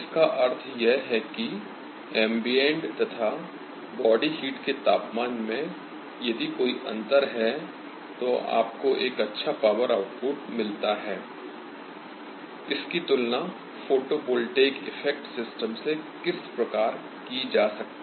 इसका अर्थ यह है की एम्बिएंट तथा बॉडी हीट के तापमान में यदि कोई अंतर है तो आपको एक अच्छा पॉवर आउटपुट मिलता है I इसकी तुलना फोटो वोल्टेइक इफ़ेक्ट सिस्टम से किस प्रकार की जा सकती है